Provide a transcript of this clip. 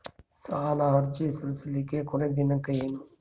ಸಾಲ ಅರ್ಜಿ ಸಲ್ಲಿಸಲಿಕ ಕೊನಿ ದಿನಾಂಕ ಏನು?